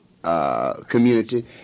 Community